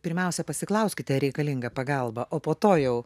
pirmiausia pasiklauskite ar reikalinga pagalba o po to jau